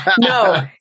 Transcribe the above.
No